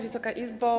Wysoka Izbo!